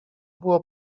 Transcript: było